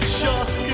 shock